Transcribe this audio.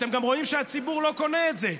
אתם גם רואים שהציבור לא קונה את זה,